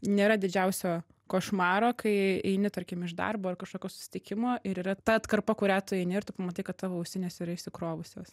nėra didžiausio košmaro kai eini tarkim iš darbo ar kažkokio susitikimo ir yra ta atkarpa kurią tu eini ir tu pamatai kad tavo ausinės yra išsikrovusios